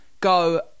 go